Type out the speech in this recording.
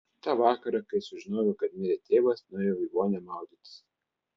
tą vakarą kai sužinojau kad mirė tėvas nuėjau į vonią maudytis